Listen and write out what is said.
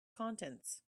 contents